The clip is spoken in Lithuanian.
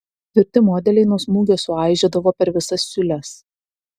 tvirti modeliai nuo smūgio suaižėdavo per visas siūles